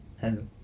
Hello